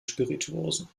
spirituosen